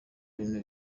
bintu